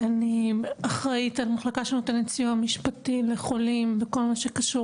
אני אחראית על מחלקה שנותנת סיוע משפטי לחולים בכל מה שקשור